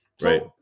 right